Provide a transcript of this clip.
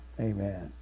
Amen